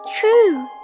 true